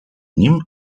nim